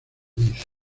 dice